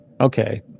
Okay